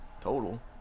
total